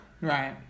Right